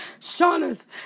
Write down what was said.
Shauna's